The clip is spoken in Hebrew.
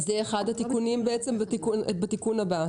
אז זה יהיה אחד התיקונים בתיקון הבא.